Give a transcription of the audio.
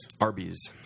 Arby's